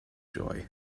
joy